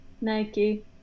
Nike